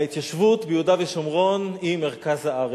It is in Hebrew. ההתיישבות ביהודה ושומרון היא מרכז הארץ,